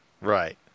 Right